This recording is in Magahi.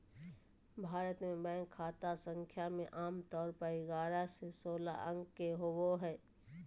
भारत मे बैंक खाता संख्या मे आमतौर पर ग्यारह से सोलह अंक के होबो हय